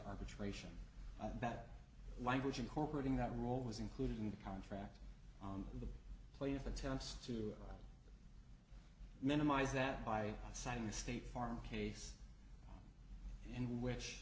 arbitration bad language incorporating that rule was included in the contract on the plaintiff attempts to minimize that by citing the state farm case in which